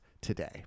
today